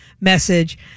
message